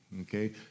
Okay